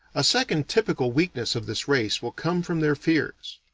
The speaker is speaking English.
second typical weakness of this race will come from their fears.